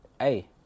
hey